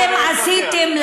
אתם עשיתם,